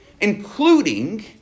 including